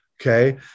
okay